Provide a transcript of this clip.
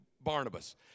Barnabas